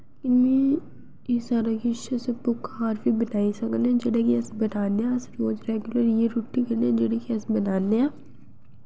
ते में एह् सारा किश अस आपूं घर बी बनाई सकने जेह्ड़ा कि अस बनानेआं अस रोज रैगुलर इ'यै रुट्टी खन्ने जेह्ड़ी कि अस बनाने आं